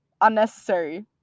unnecessary